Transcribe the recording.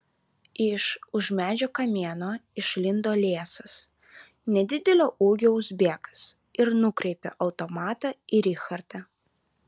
iš už medžio kamieno išlindo liesas nedidelio ūgio uzbekas ir nukreipė automatą į richardą